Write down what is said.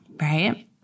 right